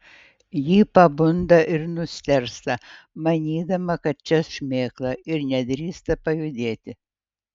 ji pabunda ir nustėrsta manydama kad čia šmėkla ir nedrįsta pajudėti